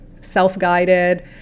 self-guided